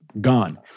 gone